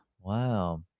Wow